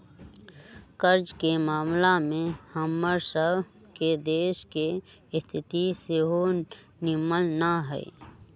कर्जा के ममला में हमर सभ के देश के स्थिति सेहो निम्मन न हइ